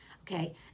okay